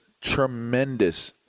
tremendous